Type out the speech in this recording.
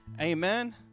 Amen